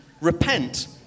repent